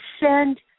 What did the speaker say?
send